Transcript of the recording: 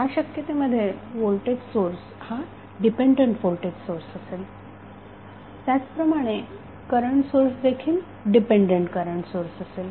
या शक्यतेमध्ये voltage source हा डिपेंडंट व्होल्टेज सोर्स असेल त्याचप्रमाणे करंट सोर्स देखील डिपेंडंट करंट सोर्स असेल